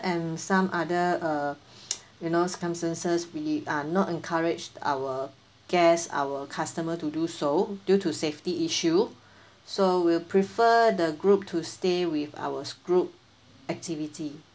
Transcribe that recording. and some other uh you know circumstances we are not encouraged our guest our customer to do so due to safety issue so we'll prefer the group to stay with our group activity